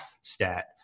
stat